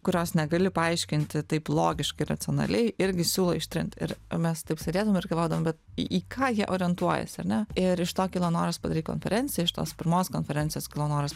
kurios negali paaiškinti taip logiškai racionaliai irgi siūlo ištrint ir mes taip sėdėdavom ir galvodavom bet į ką jie orientuojasi ar ne ir iš to kilo noras padaryt konferenciją iš tos pirmos konferencijos kilo noras